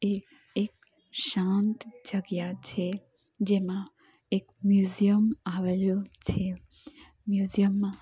એ એક શાંત જગ્યા છે જેમાં એક મ્યુઝિયમ આવેલું છે મ્યુઝિયમમાં